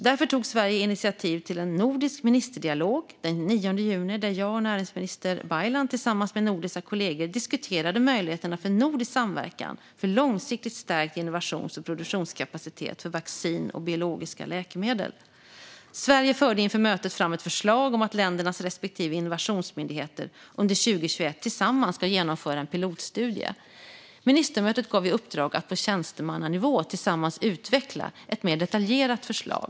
Därför tog Sverige initiativ till en nordisk ministerdialog den 9 juni, där jag och näringsminister Baylan, tillsammans med nordiska kollegor, diskuterade möjligheterna till nordisk samverkan för långsiktigt stärkt innovations och produktionskapacitet för vaccin och biologiska läkemedel. Sverige förde inför mötet fram ett förslag om att ländernas respektive innovationsmyndigheter under 2021 tillsammans ska genomföra en pilotstudie. Ministermötet gav i uppdrag att på tjänstemannanivå tillsammans utveckla ett mer detaljerat förslag.